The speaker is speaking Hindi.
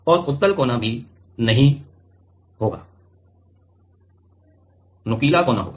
और उत्तल कोना भी नहीं होगा नुकीला कोना होगा